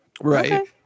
Right